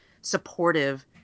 supportive